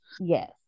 yes